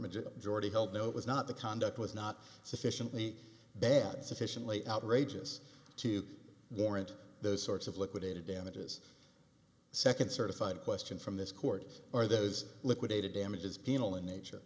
majid jordi held no it was not the conduct was not sufficiently bad sufficiently outrageous to warrant those sorts of liquidated damages second certified question from this court are those liquidated damages penal in nature